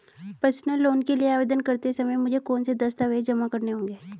Personal loan के लिए आवेदन करते समय मुझे कौन से दस्तावेज़ जमा करने होंगे?